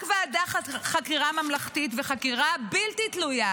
רק ועדת חקירה ממלכתית וחקירה בלתי תלויה,